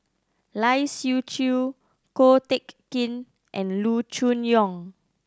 Lai Siu Chiu Ko Teck Kin and Loo Choon Yong